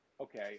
okay